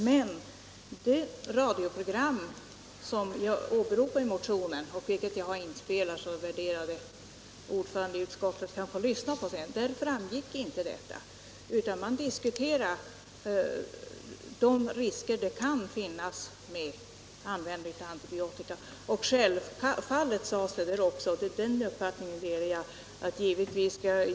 Men i det radioprogram som jag åberopar i motionen — det finns inspelat så vår värderade ordförande i utskottet kan få lyssna på det — framgick inte detta, utan man diskuterade den risk som finns med användning av antibiotika.